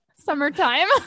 Summertime